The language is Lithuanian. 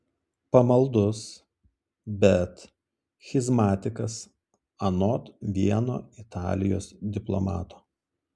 pamaldus bet schizmatikas anot vieno italijos diplomato